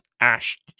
Ash